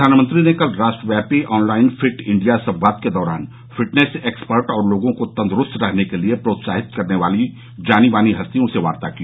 प्रधानमंत्री ने कल राष्ट्रव्यापी ऑनलाइन फिट इंडिया संवाद के दौरान फिटनेस एक्सपर्ट और लोगों को तंद्रूस्त रहने के लिए प्रोत्साहित करने वाली जानी मानी हस्तियों से वार्ता की